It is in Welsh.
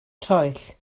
troell